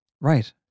Right